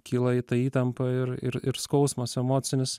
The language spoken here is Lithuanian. kyla ta įtampa ir ir ir skausmas emocinis